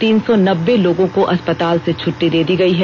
तीन सौ नब्बे लोगों को अस्पताल से छट्टी दे दी गई है